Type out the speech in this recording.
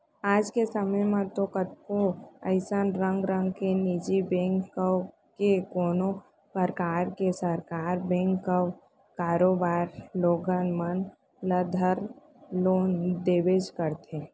आज के समे म तो कतको अइसन रंग रंग के निजी बेंक कव के कोनों परकार के सरकार बेंक कव करोबर लोगन मन ल धर लोन देबेच करथे